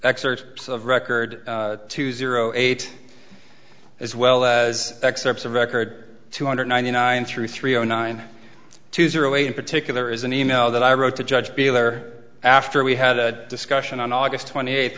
excerpts of record two zero eight as well as excerpts of record two hundred ninety nine three three zero nine two zero eight in particular is an e mail that i wrote to judge beeler after we had a discussion on august twenty eighth